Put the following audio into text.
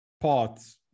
parts